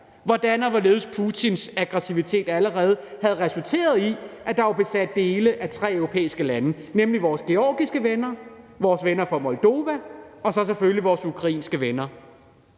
hvordan og hvorledes Putins aggressivitet allerede havde resulteret i, at der var besat dele af tre europæiske lande. Det var fra vores georgiske venner, vores venner fra Moldova og så selvfølgelig fra vores ukrainske venner.